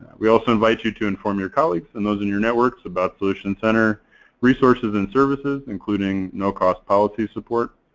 we also invite you to inform your colleagues and those in your networks about solutions center resources and services including no-cost policy support.